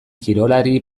kirolari